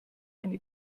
eine